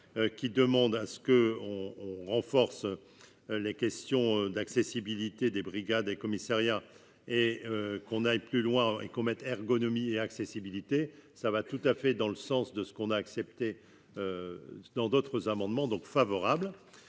qui demande à ce que on renforce les questions d'accessibilité des brigades et commissariats et qu'on aille plus loin et mette ergonomie et accessibilité, ça va tout à fait dans le sens de ce qu'on a accepté, dans d'autres amendements donc favorable